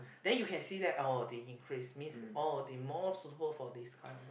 then you can see that oh they increase means oh they more suitable for this kind of job